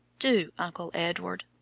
do, uncle edward.